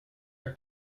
our